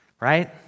Right